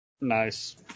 Nice